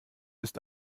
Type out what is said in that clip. ist